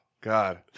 God